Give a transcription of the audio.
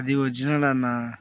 అది ఒరిజినల్ అన్నా